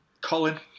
Colin